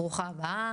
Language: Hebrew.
ברוכה הבאה.